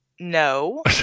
No